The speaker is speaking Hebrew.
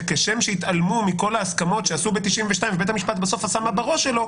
שכשם שהתעלמו מכל ההסכמות שעשו ב-92' ובית המשפט בסוף עשה מה בראש שלו,